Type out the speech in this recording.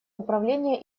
управления